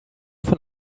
von